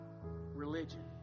religion